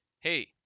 hey